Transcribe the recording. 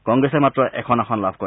কংগ্ৰেছে মাত্ৰ এখন আসন লাভ কৰে